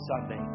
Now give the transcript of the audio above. Sunday